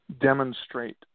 demonstrate